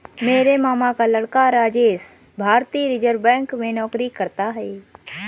मेरे मामा का लड़का राजेश भारतीय रिजर्व बैंक में नौकरी करता है